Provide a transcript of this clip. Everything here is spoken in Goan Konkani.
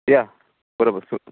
या बरोबर